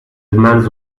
demands